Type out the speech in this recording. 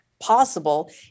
possible